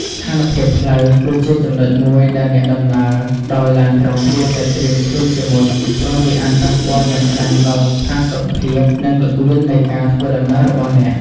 ស្ថានភាពផ្លូវ គឺជាចំណុចមួយដែលអ្នកដំណើរដោយឡានក្រុងគួរតែត្រៀមខ្លួនជាមុន ព្រោះវាអាចប៉ះពាល់យ៉ាងខ្លាំងដល់ផាសុកភាព និងល្បឿននៃការធ្វើដំណើររបស់អ្នក។